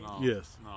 Yes